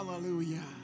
Hallelujah